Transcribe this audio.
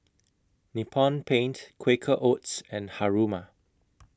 Nippon Paint Quaker Oats and Haruma